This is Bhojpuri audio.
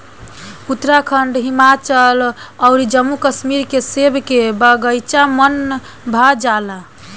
उत्तराखंड, हिमाचल अउर जम्मू कश्मीर के सेब के बगाइचा मन भा जाला